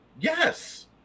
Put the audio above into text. Yes